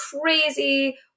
crazy